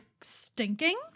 stinking